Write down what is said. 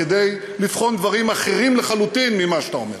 כדי לבחון דברים אחרים לחלוטין ממה שאתה אומר.